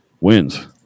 wins